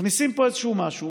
מכניסים פה איזשהו משהו